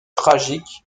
tragiques